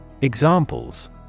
Examples